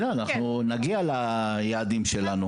אנחנו נגיע ליעדים שלנו,